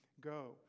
go